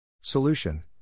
Solution